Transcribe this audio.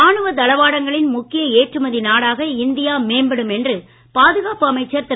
ராணுவ தளவாடங்களின் முக்கிய ஏற்றுமதி நாடாக இந்தியா மேம்படும் என்று பாதுகாப்பு அமைச்சர் திரு